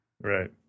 right